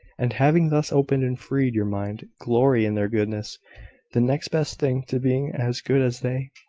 and, having thus opened and freed your mind, glory in their goodness the next best thing to being as good as they?